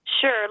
Sure